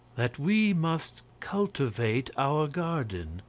that we must cultivate our garden.